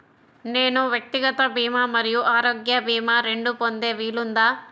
నేను వ్యక్తిగత భీమా మరియు ఆరోగ్య భీమా రెండు పొందే వీలుందా?